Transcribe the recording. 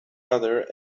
other